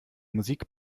musik